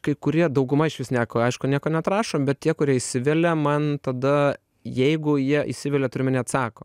kai kurie dauguma išvis nieko aišku nieko neatrašo bet tie kurie įsivelia man tada jeigu jie įsivelia turiu omeny atsako